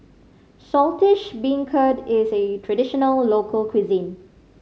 Saltish Beancurd is a traditional local cuisine